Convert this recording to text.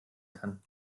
kann